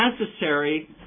necessary